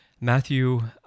matthew